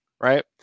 right